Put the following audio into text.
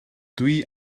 dwi